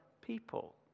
people